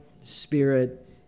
spirit